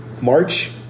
March